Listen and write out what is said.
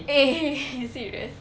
eh you serious